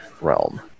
realm